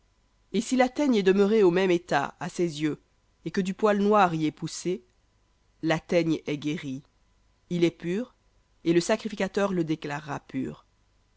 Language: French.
et si la teigne est demeurée au même état à ses yeux et que du poil noir y ait poussé la teigne est guérie il est pur et le sacrificateur le déclarera pur